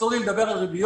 אסור לי לדבר על ריביות.